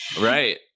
Right